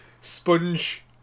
Sponge